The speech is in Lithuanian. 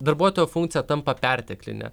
darbuotojo funkcija tampa perteklinė